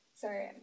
Sorry